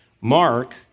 Mark